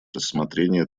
рассмотрение